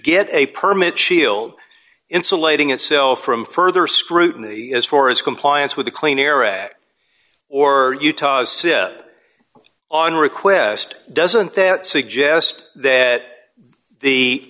get a permit shield insulating itself from further scrutiny as far as compliance with the clean air act or utah on request doesn't that suggest that the